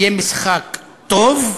יהיה משחק טוב,